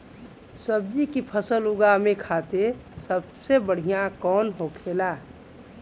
सब्जी की फसल उगा में खाते सबसे बढ़ियां कौन होखेला?